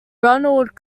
ronald